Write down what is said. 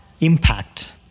Impact